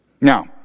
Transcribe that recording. Now